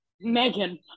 Megan